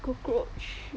cockroach